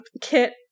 Kit